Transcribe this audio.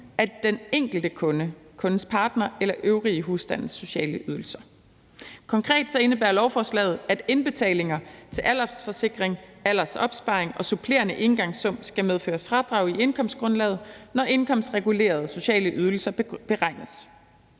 af den enkelte kundes, kundens partners eller øvrige husstands sociale ydelser. Konkret indebærer lovforslaget, at indbetalinger til aldersforsikring, aldersopsparing og supplerende engangssum skal medføre fradrag i indkomstgrundlaget, når indkomstregulerede sociale ydelser beregnes.